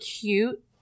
cute